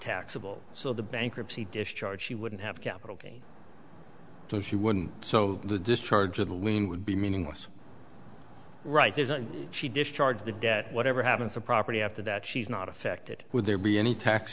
taxable so the bankruptcy discharge she wouldn't have capital gain so she wouldn't so the discharge of the limb would be meaningless right there's and she discharged the debt whatever happens the property after that she's not affected would there be any tax